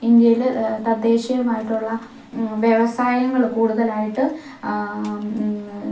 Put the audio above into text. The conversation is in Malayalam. ഇന്ത്യയിലെ തദ്ദേശീയമായിട്ടുള്ള വ്യവസായങ്ങൾ കൂടുതലായിട്ട്